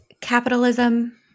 capitalism